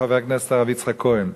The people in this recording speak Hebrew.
חבר הכנסת הרב יצחק כהן: